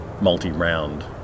multi-round